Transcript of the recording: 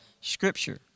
scripture